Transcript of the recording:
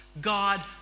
God